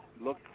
look